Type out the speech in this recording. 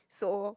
so